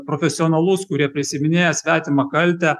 profesionalus kurie prisiiminėja svetimą kaltę